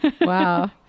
Wow